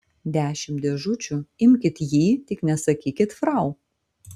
dešimt dėžučių imkit jį tik nesakykit frau